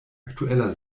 aktueller